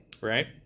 Right